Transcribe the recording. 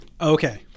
Okay